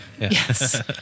Yes